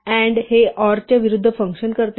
and हे or च्या विरुद्ध फंक्शन करते